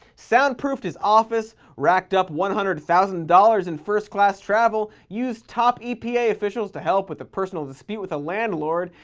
soundproofed his office, racked up one hundred thousand dollars in first class travel, used top epa officials to help with a personal dispute with a landlord,